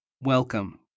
Welcome